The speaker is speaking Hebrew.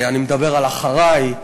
אני מדבר על "אחריי!",